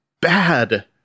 bad